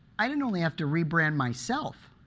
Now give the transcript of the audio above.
i didn't only have to rebrand myself,